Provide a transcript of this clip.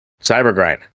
Cybergrind